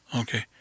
Okay